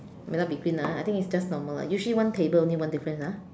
might not be clean ah I think it's just normal ah usually one table only one difference ah